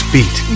Beat